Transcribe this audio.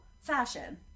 fashion